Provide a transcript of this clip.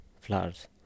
flowers